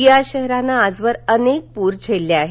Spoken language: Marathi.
या शहरानं आजवर अनेक पूर झेलले आहेत